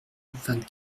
vingt